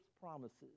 promises